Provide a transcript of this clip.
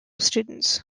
students